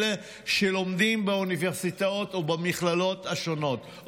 שלומדים באוניברסיטאות ובמכללות השונות,